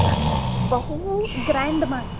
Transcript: हा बहु ग्रेण्ड् मास्तु